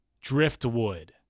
driftwood